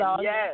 Yes